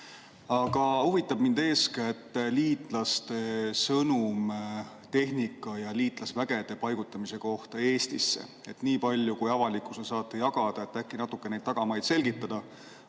Aga huvitab mind eeskätt liitlaste sõnum tehnika ja liitlasvägede paigutamise kohta Eestisse. Nii palju kui avalikkusega saate jagada, äkki natukene selgitate